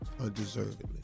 undeservedly